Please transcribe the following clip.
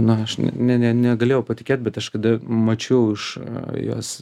na aš ne ne ne negalėjau patikėt bet aš kada mačiau iš juos